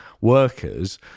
workers